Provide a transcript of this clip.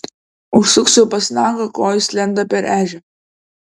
užsuksiu pas nagą ko jis lenda per ežią